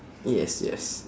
yes yes